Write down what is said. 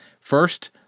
First